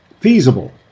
feasible